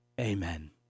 Amen